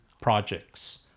projects